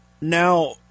Now